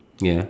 ya